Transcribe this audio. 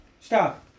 Stop